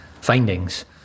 findings